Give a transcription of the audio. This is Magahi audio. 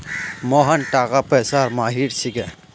मोहन टाका पैसार माहिर छिके